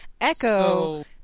echo